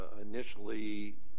initially